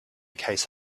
case